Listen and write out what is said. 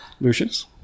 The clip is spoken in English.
Lucius